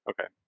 Okay